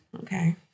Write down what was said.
Okay